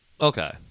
Okay